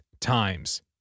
times